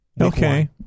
Okay